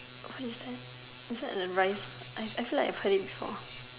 what is that is that a rice I I feel like I have heard it before